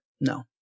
no